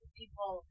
people